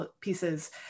pieces